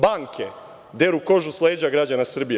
Banke, deru kožu s leđa građana Srbije.